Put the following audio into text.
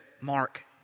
Mark